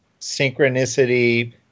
synchronicity